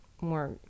more